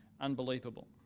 Unbelievable